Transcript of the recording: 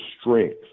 strength